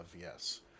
Yes